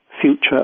future